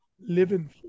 living